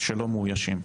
שלא מאוישים?